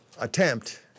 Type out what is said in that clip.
attempt